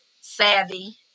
savvy